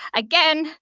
again,